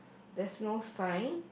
there's no sign